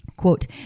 Quote